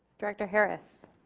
director harris